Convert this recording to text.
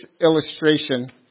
illustration